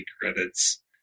credits